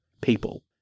people